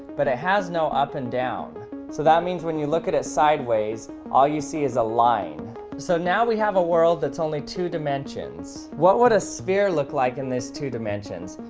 but it has no up-and-down so that means when you look at it sideways, all you see is a line so now we have a world that's only two dimensions. what would a sphere look like in this two dimensions?